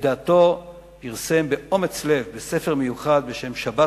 את דעתו פרסם באומץ לב בספר מיוחד בשם "שבת